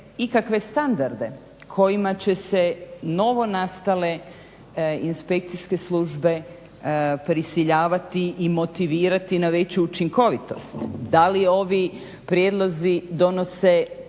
ikakve standarde kojima će se novonastale inspekcijske službe prisiljavati i motivirati na veću učinkovitost, da li ovi prijedlozi donose